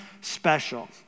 special